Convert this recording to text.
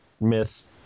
myth